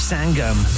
Sangam